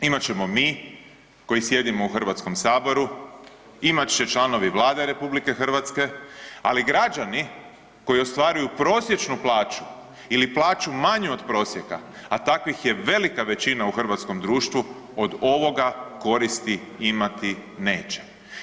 Imat ćemo mi, koji sjedimo u HS-u, imat će članovi Vlade RH, ali građani koji ostvaruju prosječnu plaću ili plaću manju od prosjeka, a takvih je velika većina u hrvatskom društvu, od ovoga koristi imati neće.